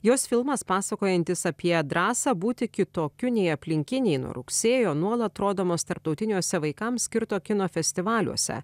jos filmas pasakojantis apie drąsą būti kitokiu nei aplinkiniai nuo rugsėjo nuolat rodomos tarptautiniuose vaikams skirto kino festivaliuose